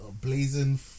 Blazing